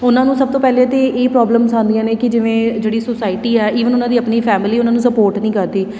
ਉਹਨਾਂ ਨੂੰ ਸਭ ਤੋਂ ਪਹਿਲਾਂ ਤਾਂ ਇਹ ਪ੍ਰੋਬਲਮਸ ਆਉਂਦੀਆਂ ਨੇ ਕਿ ਜਿਵੇਂ ਜਿਹੜੀ ਸੁਸਾਇਟੀ ਆ ਈਵਨ ਉਹਨਾਂ ਦੀ ਆਪਣੀ ਫੈਮਲੀ ਉਹਨਾਂ ਨੂੰ ਸਪੋਰਟ ਨਹੀਂ ਕਰਦੀ